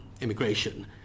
immigration